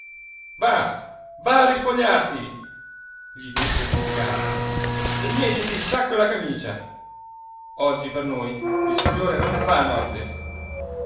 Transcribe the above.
va a rispogliarti gli disse zi scarda rimettiti il sacco e la camicia oggi per noi il signore non fa notte